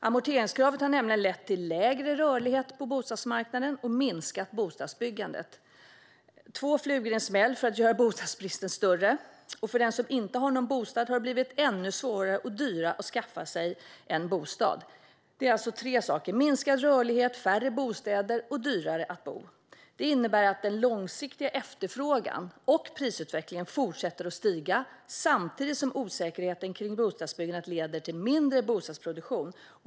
Amorteringskravet har nämligen lett till lägre rörlighet på bostadsmarknaden och minskat bostadsbyggandet - två flugor i en smäll för att göra bostadsbristen större. Och för dem som inte har någon bostad har det blivit ännu svårare och dyrare att skaffa sig en. Amorteringskravet har alltså lett till tre saker: minskad rörlighet, färre bostäder och att det är dyrare att bo. Detta innebär att den långsiktiga efterfrågan och prisutvecklingen fortsätter att stiga samtidigt som osäkerheten vad gäller bostadsbyggandet leder till mindre bostadsproduktion.